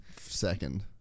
second